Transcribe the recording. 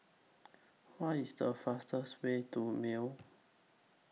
What IS The fastest Way to Male